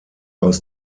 aus